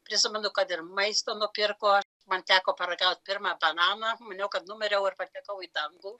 prisimenu kad ir maisto nupirko man teko paragauti pirmą bananą maniau kad numiriau ir patekau į dangų